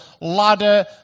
ladder